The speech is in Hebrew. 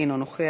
אינו נוכח,